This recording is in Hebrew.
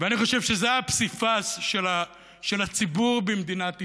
ואני חושב שזה הפסיפס של הציבור במדינת ישראל.